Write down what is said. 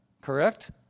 Correct